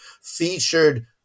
featured